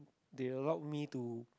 they allow me to